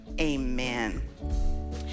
amen